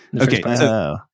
Okay